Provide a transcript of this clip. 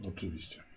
Oczywiście